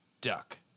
duck